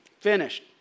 finished